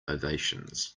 ovations